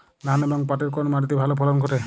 ধান এবং পাটের কোন মাটি তে ভালো ফলন ঘটে?